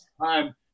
time